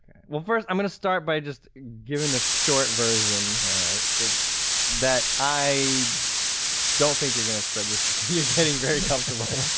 well first i'm gonna start by just giving a short version that that i don't think you're gonna spread yourself thin, you're getting very comfortable.